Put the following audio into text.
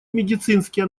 медицинский